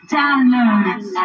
downloads